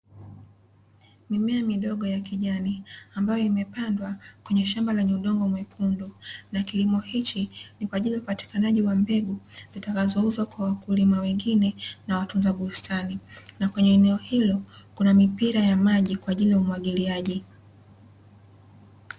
Mimea midogo ya kijani ambayo imepandwa kwenye shamba lenye udongo mwekundu, na kilimo hichi ni kwa ajili ya upatikanaji wa mbegu zitakazouzwa kwa wakulima wengine na watunza bustani. Na kwenye eneo hilo kuna mipira ya maji kwa ajili ya umwagiliaji.